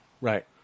right